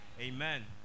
Amen